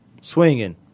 swinging